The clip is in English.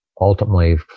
ultimately